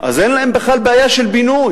אז אין להם בכלל בעיה של בינוי.